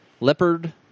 Leopard